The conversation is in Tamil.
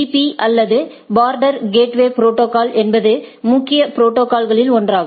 பி அல்லது பார்டர் கேட்வே புரோட்டோகால் என்பது முக்கிய ப்ரோடோகால்களில் ஒன்றாகும்